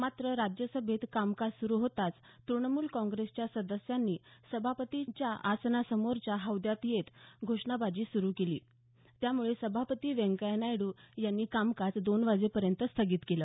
मात्र राज्यसभेत कामकाज सुरू होताच तृणमूल काँग्रेसच्या सदस्यांनी सभापतींच्या आसनासमोरच्या हौद्यात येत घोषणाबाजी सुरू केली त्यामुळे सभापती व्यंकय्या नायडू यांनी कामकाज दोनवाजेपर्यंत स्थगित केलं